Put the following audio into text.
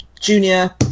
junior